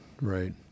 right